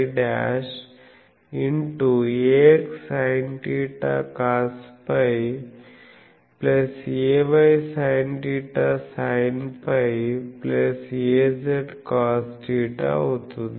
axsinθcosφaysinθ sinφazcosθ అవుతుంది